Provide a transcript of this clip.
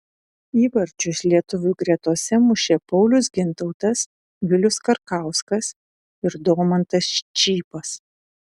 įvarčius lietuvių gretose mušė paulius gintautas vilius karkauskas ir domantas čypas